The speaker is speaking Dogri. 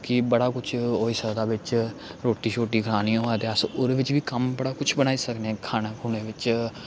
कि बड़ा कुछ होई सकदा बिच्च रोटी शोटी खानी होऐ ते अस ओह्दे बिच्च बी कम्म बड़ा कुछ बनाई सकने खाने खूने बिच